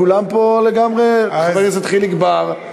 כולם פה לגמרי, חבר הכנסת חיליק בר.